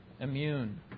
immune